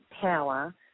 power